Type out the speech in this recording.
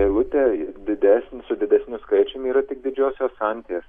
eilutė didesnė su didesniu skaičiumi yra tik didžiosios anties